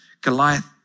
Goliath